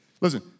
Listen